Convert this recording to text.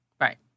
Right